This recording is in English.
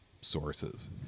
sources